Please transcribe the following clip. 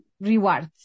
rewards